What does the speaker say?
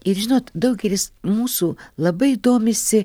ir žinot daugelis mūsų labai domisi